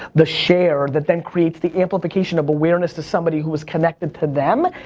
the share, that then creates the amplification of awareness to somebody who is connected to them,